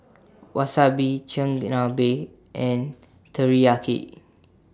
Wasabi Chigenabe and Teriyaki